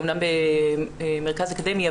אומנם במרכז אקדמי,